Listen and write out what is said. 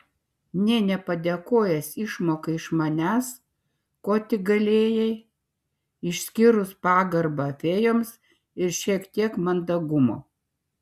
nė nepadėkojęs išmokai iš manęs ko tik galėjai išskyrus pagarbą fėjoms ir šiek tiek mandagumo